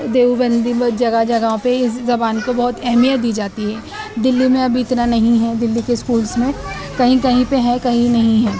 دیوبند جگہ جگہ پہ اس زبان کو بہت اہمیت دی جاتی ہے دلی میں اب اتنا نہیں ہے دہلی کے اسکولس میں کہیں کہیں پہ ہے کہیں نہیں ہے